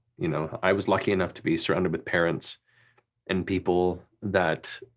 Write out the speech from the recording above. you know i was lucky enough to be surrounded with parents and people that,